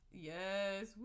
yes